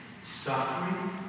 Suffering